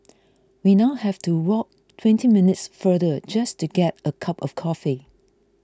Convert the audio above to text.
we now have to walk twenty minutes further just to get a cup of coffee